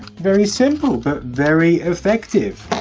very simple! but very effective.